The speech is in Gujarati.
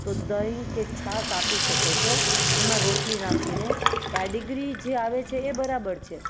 તો દહીં કે છાશ આપી શકો છો એમાં રોટલી નાખીને પેડિગ્રી જે આવે છે એ બરાબર છે